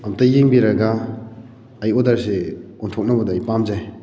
ꯑꯝꯇ ꯌꯦꯡꯕꯤꯔꯒ ꯑꯩ ꯑꯣꯗꯔꯁꯤ ꯑꯣꯟꯊꯣꯛꯅꯕꯗ ꯑꯩ ꯄꯥꯝꯖꯩ